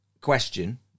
question